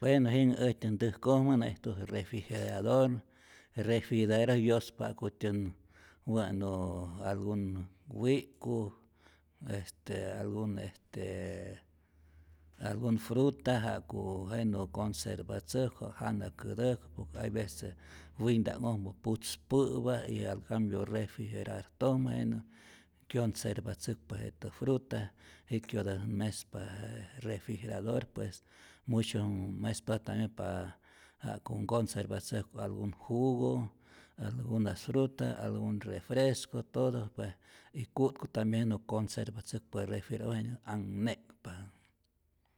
Bueno jinhä äjtyät ntäjkojmä nä'ijtutät refrigerador, je refrigedor yospa ja'kutyänh wä'nu algun wi'k'ku, este algun este algun fruta ja'ku jenä conservatzäjku ja'ku jana kätäjku, hay vece winta'nhojmä putzpä'pa y al cambio jenä refrigerartormä jenä kyonservatzäkpa jetä fruta, jitkyotatät mespa je refrigerador, pues mucho mespatät tambien pa ja'ku nconservatzäjku algun jugo, alguna fruta, algun refresco, todo pues y ku'tku tambien lo conservatzäkpa refrigera'ojmä jenä anhne'kpa.